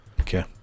Okay